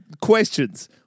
Questions